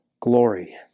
glory